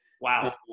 wow